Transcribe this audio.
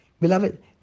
Beloved